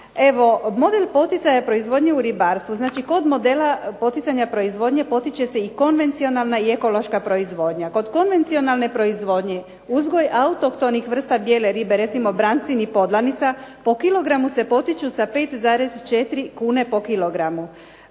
model poticanja proizvodnje u ribarstvu, znači kod modela poticanja proizvodnje potiče se i konvencionalna i ekološka proizvodnja. Kod konvencionalne proizvodnje uzgoj autohtonih vrsta bijele ribe, recimo brancin i podlanica po kilogramu se potiču sa 5,4 kune po kilogramu.